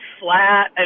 flat